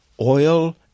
oil